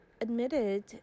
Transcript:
admitted